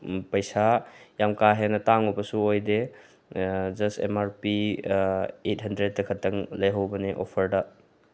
ꯎꯝ ꯄꯩꯁꯥ ꯌꯥꯝ ꯀꯥꯍꯦꯟꯅ ꯇꯥꯡꯉꯨꯕꯁꯨ ꯑꯣꯏꯗꯦ ꯖꯁ ꯑꯦꯝ ꯑꯥꯔ ꯄꯤ ꯑꯩꯠ ꯍꯟꯗ꯭ꯔꯦꯠꯇ ꯈꯛꯇꯪ ꯂꯩꯍꯧꯕꯅꯦ ꯑꯣꯐꯔꯗ